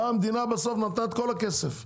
המדינה באה ונתנה את כל הכסף בסוף.